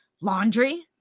laundry